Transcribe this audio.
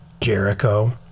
Jericho